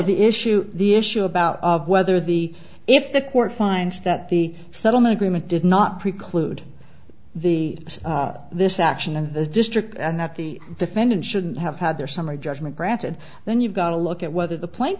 the issue the issue about whether the if the court finds that the settlement agreement did not preclude the this action in the district and that the defendant shouldn't have had their summary judgment granted then you've got to look at whether the plaint